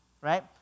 right